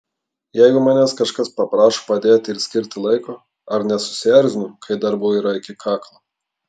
jeigu manęs kažkas paprašo padėti ir skirti laiko ar nesusierzinu kai darbų yra iki kaklo